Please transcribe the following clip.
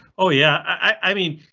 oh yeah, i. i mean,